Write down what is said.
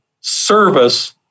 service